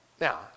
now